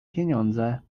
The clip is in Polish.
pieniądze